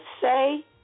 say